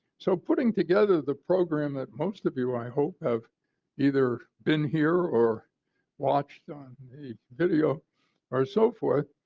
so putting together the program that most of you, i hope, have either been here or watched um a video or so forth,